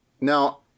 Now